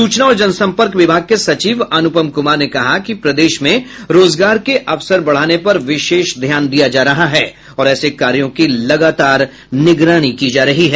सूचना और जन संपर्क विभाग के सचिव अनुपम कुमार ने कहा कि प्रदेश में रोजगार के अवसर बढ़ाने पर विशेष ध्यान दिया जा रहा है और ऐसे कार्यों की लगातार निगरानी की जा रही है